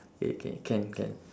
K K can can